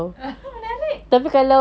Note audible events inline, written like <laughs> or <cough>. <laughs> mernarik